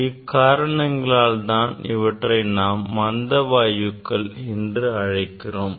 இக்காரணங்களினால் தான் இவற்றை நாம் மந்தவாயுக்கள் என்று அழைக்கிறோம்